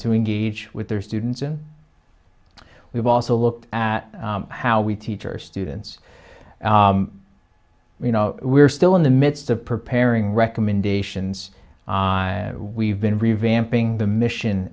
engage with their students and we've also looked at how we teach our students you know we're still in the midst of preparing recommendations we've been revamping the mission